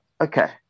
okay